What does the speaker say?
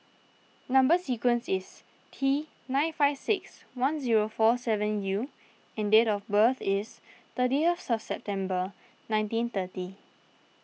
Number Sequence is T nine five six one zero four seven U and date of birth is thirtieth of September nineteen thirty